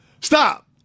Stop